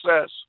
says